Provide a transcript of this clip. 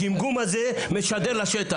הגמגום הזה משדר לשטח.